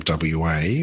WA